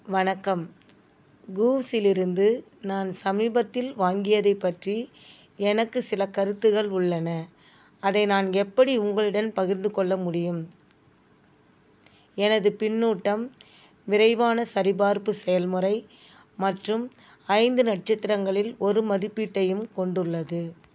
வணக்கம் கூவ்ஸிலிருந்து நான் சமீபத்தில் வாங்கியதைப் பற்றி எனக்கு சில கருத்துகள் உள்ளன அதை நான் எப்படி உங்களுடன் பகிர்ந்துக் கொள்ள முடியும் எனது பின்னூட்டம் விரைவான சரிப்பார்ப்பு செயல்முறை மற்றும் ஐந்து நட்சத்திரங்களில் ஒரு மதிப்பீட்டையும் கொண்டுள்ளது